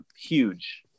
huge